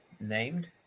Named